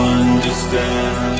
understand